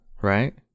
right